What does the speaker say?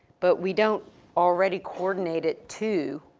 but we don't already coordinate it to,